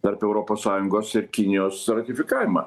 tarp europos sąjungos ir kinijos ratifikavimą